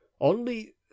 Only